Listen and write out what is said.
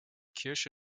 kirche